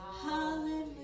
hallelujah